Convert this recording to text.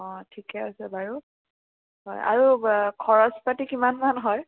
অঁ ঠিকে আছে বাৰু আৰু খৰচ পাতি কিমান মান হয়